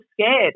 scared